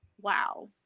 wow